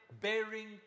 bearing